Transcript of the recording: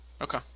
okay